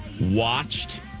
Watched